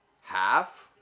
half